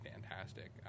fantastic